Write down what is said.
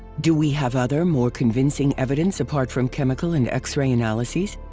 do we have other more convincing evidence apart from chemical and x-ray analyzes?